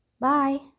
bye